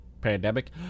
pandemic